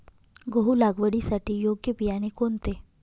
गहू लागवडीसाठी योग्य बियाणे कोणते?